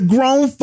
Grown